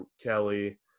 Kelly